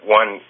one